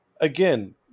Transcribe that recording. Again